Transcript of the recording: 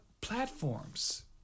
platforms